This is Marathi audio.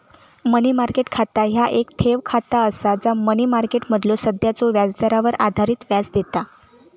मनी मार्केट खाता ह्या येक ठेव खाता असा जा मनी मार्केटमधलो सध्याच्यो व्याजदरावर आधारित व्याज देता